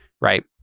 right